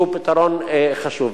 שהוא פתרון חשוב.